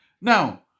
Now